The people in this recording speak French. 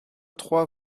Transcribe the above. trois